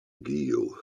giel